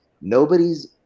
Nobody's